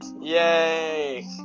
Yay